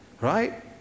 right